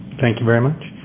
thank you very much.